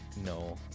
no